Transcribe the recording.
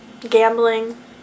gambling